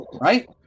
Right